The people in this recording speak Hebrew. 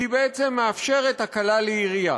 כי היא בעצם מאפשרת הקלה לעירייה,